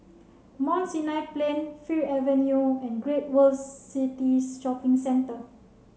Mount Sinai Plain Fir Avenue and Great World City Shopping Centre